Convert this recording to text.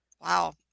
Wow